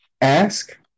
ask